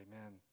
amen